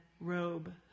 robe